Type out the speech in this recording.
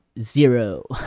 zero